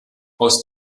aus